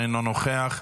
אינו נוכח,